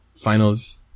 finals